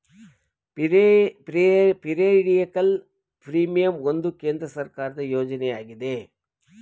periodical premium ಒಂದು ಕೇಂದ್ರ ಸರ್ಕಾರದ ಯೋಜನೆ ಆಗಿದೆ